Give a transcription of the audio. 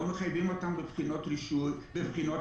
לא מחייבים אותם בבחינות התמחות.